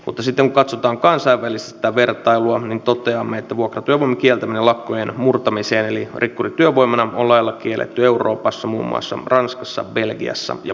mutta sitten kun katsotaan kansainvälistä vertailua niin toteamme että vuokratyövoiman kieltäminen lakkojen murtamiseen eli rikkurityövoimana on lailla kielletty euroopassa muun muassa ranskassa belgiassa ja puolassa